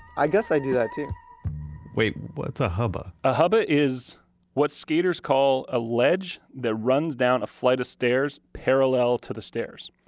i guess i do that too wait. what's a hubba? a hubba is what skaters call a ledge that runs down a flight of stairs parallel to the stairs.